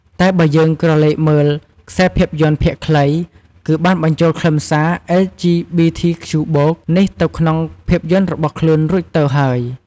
តែបើយើងក្រឡេកមើលខ្សែភាពយន្តភាគខ្លី គឺបានបញ្ចូលខ្លឹមសារ អិល ជី ប៊ី ធី ខ្ជូ បូក (LGBTQ+)នេះទៅក្នុងភាពយន្ដរបស់ខ្លួនរួចទៅហើយ។